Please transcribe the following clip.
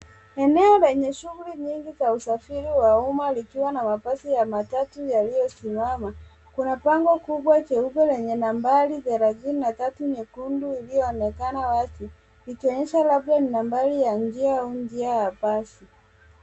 Eneo lenye shughuli nyingi za usafiri wa umma likiwa na mabasi ya matatu yaliyosimama. Kuna bango kubwa jeupe lenye nambari 33 nyekundu iliyoonekana wazi likionyesha labda ninambari njia au njia ya basi.